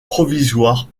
provisoire